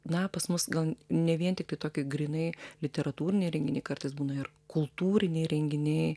na pas mus gal ne vien tiktai tokie grynai literatūriniai renginiai kartais būna ir kultūriniai renginiai